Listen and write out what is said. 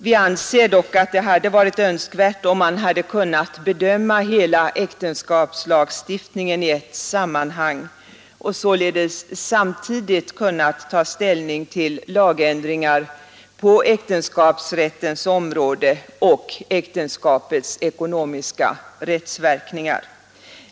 Vi anser dock att det hade varit önskvärt om man hade kunnat bedöma hela äktenskapslagstiftningen i ett sammanhang och således samtidigt kunnat ta ställning till lagändringar på äktenskapsrättens område och äktenskapets ekonomiska rättsverkningar.